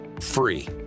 free